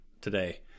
today